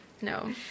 No